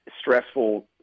stressful